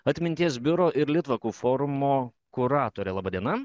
atminties biuro ir litvakų forumo kuratorė laba diena